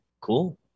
Cool